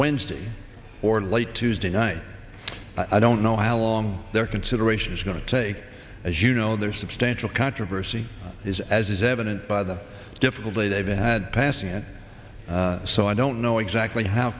wednesday or late tuesday night i don't know how long their consideration is going to take as you know there's substantial controversy is as is evident by the difficulty they've had passing it so i don't know exactly how